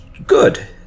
Good